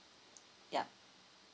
yup